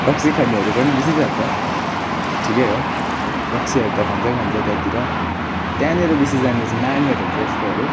रक्सी खानेहरू पनि बेसी जान्छ ठिकै हो रक्सीहरू त खान्छै खान्छ त्यहाँतिर त्यहाँनिर बेसी जाने चाहिँ नानीहरू हुन्छ यस्तोहरू